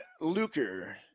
Luker